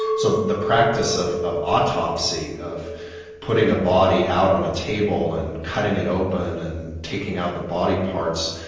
so the practice of of autopsy, of putting a body out on a table and cutting it open and taking out the body parts,